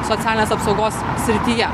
socialinės apsaugos srityje